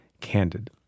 candid